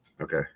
Okay